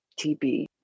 TB